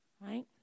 Right